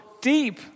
deep